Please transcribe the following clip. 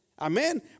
Amen